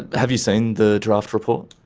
ah have you seen the draft report?